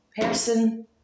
person